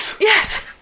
Yes